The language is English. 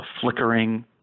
flickering